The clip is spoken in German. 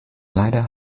leider